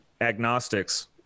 agnostics